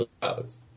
clouds